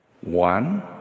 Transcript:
One